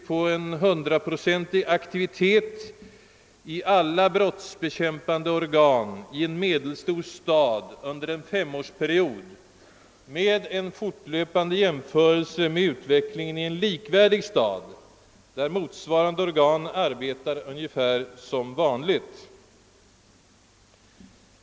Dessa gick ut på hundraprocentig aktivitet i alla brottsbekämpande organ i en medelstor stad under en femårsperiod med en fortlöpande jämförelse med utvecklingen i en liknande stad, där motsvarande organ skulle arbeta ungefär som vanligt.